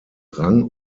rang